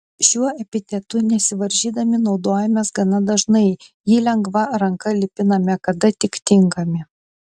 šiuo epitetu nesivaržydami naudojamės gana dažnai jį lengva ranka lipiname kada tik tinkami